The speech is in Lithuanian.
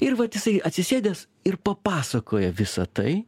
ir vat jisai atsisėdęs ir papasakoja visa tai